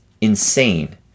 insane